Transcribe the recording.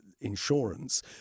insurance